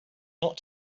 not